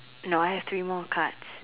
no I have three more cards